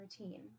routine